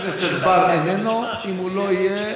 חבר הכנסת בר איננו, אם הוא לא יהיה,